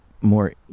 more